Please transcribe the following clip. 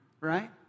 right